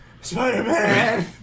Spider-Man